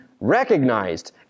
recognized